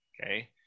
Okay